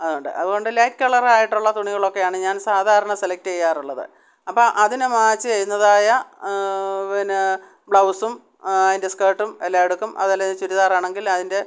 അതുകൊണ്ട് അതുകൊണ്ട് light colour ആയിട്ടുള്ള തുണികളൊക്കെയാണ് ഞാൻ സാധാരണ സെലക്റ്റ് ചെയ്യാറുള്ളത് അപ്പം അതിന് മാച്ച് ചെയ്യുന്നതായ പിന്നെ ബ്ലൗസും അതിൻ്റെ സ്കേർട്ടും എല്ലാം എടുക്കും അതുപോലെ ചുരിദാർ ആണെങ്കിൽ അതിൻ്റെ